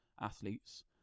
athletes